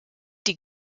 die